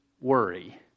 worry